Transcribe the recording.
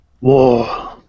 War